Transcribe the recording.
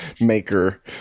maker